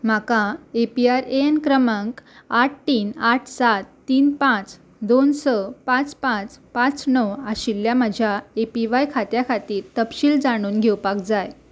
म्हाका A P R A N क्रमांक आठ तीन आठ सात तीन पांच दोन स पांच पांच पांच णव आशिल्ल्या म्हज्या ए पी व्हाय खात्या खातीर तपशील जाणून घेवपाक जाय